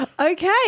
Okay